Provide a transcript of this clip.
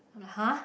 I'm like !huh!